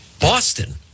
Boston